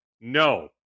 no